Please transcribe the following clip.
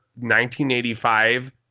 1985